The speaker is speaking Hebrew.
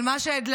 על מה שהדלפת,